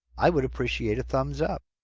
i would appreciate a thumbs up.